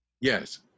Yes